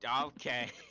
okay